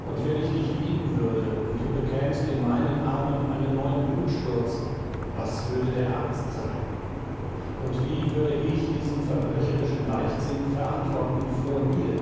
und wenn ich dich lieben würde und du bekämst in meinen armen einen neuen blutsturz was würde der arzt sagen und wie würde ich diesen verbrecherischen leichtsinn verantworten vor mir